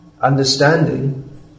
understanding